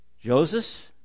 Joseph